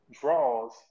draws